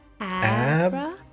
Abra